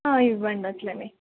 ఇవ్వండి అట్లనే